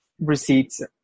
receipts